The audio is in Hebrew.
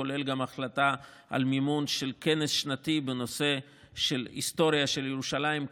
כולל גם החלטה על מימון של כנס שנתי בנושא ההיסטוריה של ירושלים,